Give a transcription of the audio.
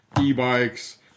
e-bikes